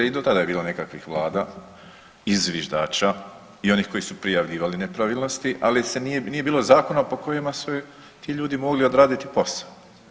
I do tada je bilo nekakvih vlada i zviždača i onih koji su prijavljivali nepravilnosti, ali nije bilo zakona po kojima su ti ljudi mogli odraditi posao.